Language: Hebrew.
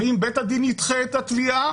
ואם בית הדין ידחה את התביעה,